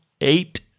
eight